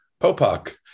Popak